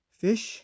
fish